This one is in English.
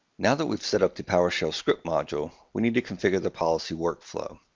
now that we've set up the powershell script module, we need to configure the policy workflow.